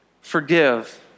forgive